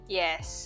yes